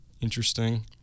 interesting